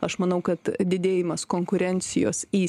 aš manau kad didėjimas konkurencijos į